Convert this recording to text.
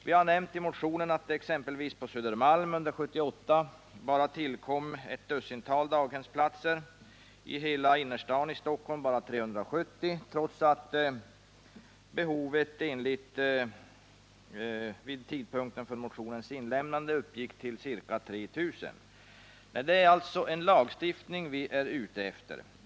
Vi har i motionen nämnt att exempelvis på Södermalm tillkom under 1978 bara ett dussintal daghemsplatser, i hela innerstaden i Stockholm endast 370 platser, trots att behovet vid tidpunkten för motionens inlämnande uppgick till ca 3 000. Det är alltså en lagstiftning vi är ute efter.